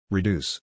Reduce